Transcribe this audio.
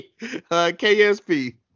KSP